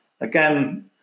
Again